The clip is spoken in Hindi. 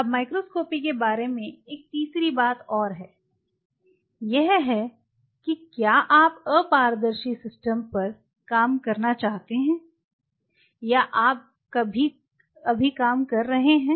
अब माइक्रोस्कोपी के बारे में एक तीसरी बात और है यह है कि क्या आप अपारदर्शी सिस्टम पर काम करना चाहते हैं या आप अभी काम कर रहे हैं